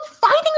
fighting